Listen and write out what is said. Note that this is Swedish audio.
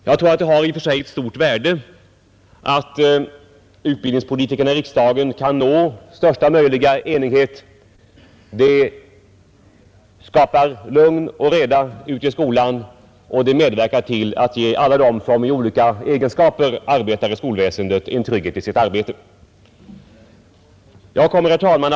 Det är naturligtvis av stort värde om utbildningspolitikerna i riksdagen kan nå största möjliga enighet; det medverkar till att ge alla dem som i olika egenskaper arbetar i skolväsendet en trygghet i arbetet. Herr talman!